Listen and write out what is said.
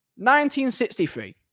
1963